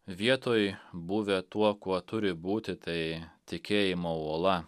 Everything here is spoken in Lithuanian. vietoj buvę tuo kuo turi būti tai tikėjimo uola